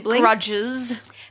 Grudges